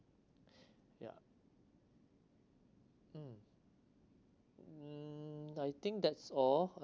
yeah mm mm I think that's all